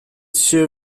się